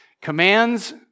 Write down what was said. commands